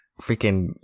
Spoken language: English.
freaking